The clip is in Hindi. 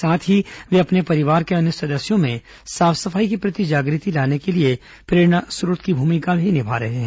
साथ ही वे अपने परिवार के अन्य सदस्यों में साफ सफाई के प्रति जागृति लाने के लिए प्रेरणा स्रोत की भूमिका भी निभा रहे हैं